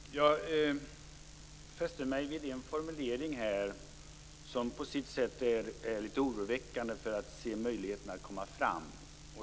Fru talman! Jag fäste mig vid en formulering som på sitt sätt är oroväckande när det gäller möjligheterna att komma fram.